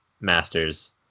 masters